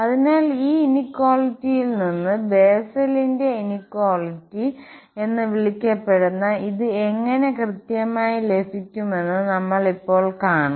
അതിനാൽ ഈ ഇനിക്വാളിറ്റിയിൽ നിന്ന് ബെസ്സലിന്റെ ഇനിക്വാളിറ്റിBessel's Inequality എന്ന് വിളിക്കപ്പെടുന്ന ഇത് എങ്ങനെ കൃത്യമായി ലഭിക്കുമെന്ന് നമ്മൾ ഇപ്പോൾ കാണും